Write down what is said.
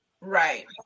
Right